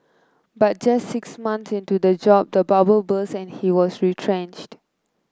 but just six months into the job the bubble burst and he was retrenched